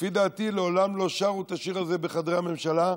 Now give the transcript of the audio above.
לפי דעתי מעולם לא שרו את השיר הזה בחדרי הממשלה,